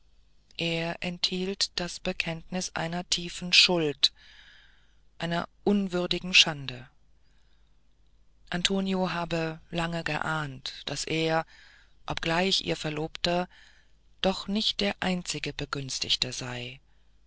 er enthielt das bekenntnis einer tiefen schuld einer unwürdigen schande antonio habe lange geahnt daß er obgleich ihr verlobter doch nicht der einzig begünstigte sei